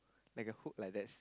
like a hook like that